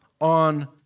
on